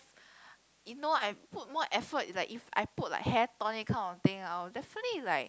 you know I put more effort like if I put like hair tonic kind of thing I will definitely like